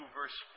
verse